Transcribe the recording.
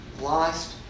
lost